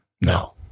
No